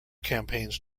campaigns